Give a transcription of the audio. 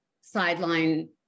sideline